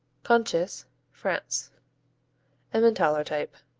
conches france emmentaler type.